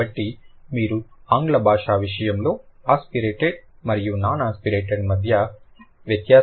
కాబట్టి మీరు ఆంగ్ల బాషా విషయంలో ఆస్పిరేటెడ్ మరియు నాన్ ఆస్పిరేటెడ్ వాటి మధ్య వ్యత్యాసాన్ని సులభంగా చూడవచ్చు